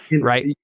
right